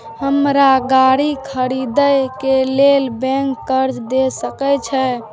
हमरा गाड़ी खरदे के लेल बैंक कर्जा देय सके छे?